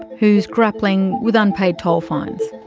who is grappling with unpaid toll fines.